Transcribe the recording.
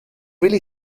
really